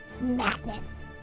Madness